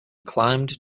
climbed